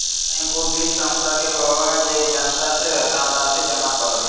bank उ वित संस्था के कहो हइ जे जनता से धनराशि जमा करो हइ